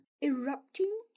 erupting